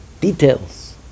details